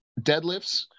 deadlifts